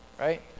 Right